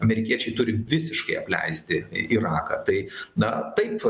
amerikiečiai turi visiškai apleisti iraką tai na taip